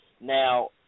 Now